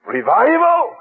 Revival